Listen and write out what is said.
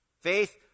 Faith